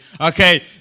Okay